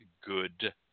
good